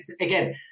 Again